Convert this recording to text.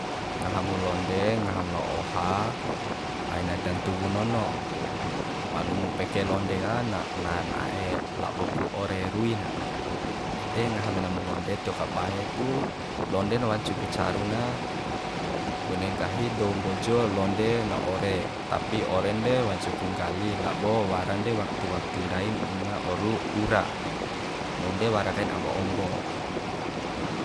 Ngaha mu londe ngaham lao oha aina da ntuwu nono ma alumu peke londe ka na na na'e labo ku ore rui na ede ngaha mena mu londe tio kabae pu londe na wancu ku caru na bune nggahi dou mbojo londe na ore tapi oren de wancu ku nggalin labo waran de waktu waktu ndain unga oru ura londe wara kain awa ombo